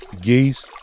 geese